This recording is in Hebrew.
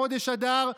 חודש אדר,